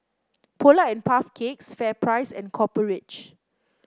Polar and Puff Cakes FairPrice and Copper Ridge